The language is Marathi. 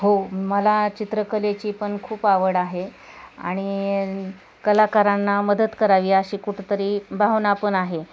हो मला चित्रकलेची पण खूप आवड आहे आणि कलाकारांना मदत करावी अशी कुठंतरी भावना पण आहे